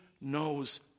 knows